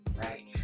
right